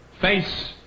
face